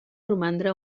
romandre